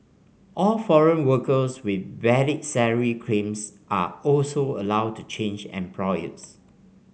all foreign workers with valid salary claims are also allowed to change employers